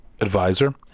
advisor